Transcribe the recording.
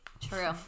True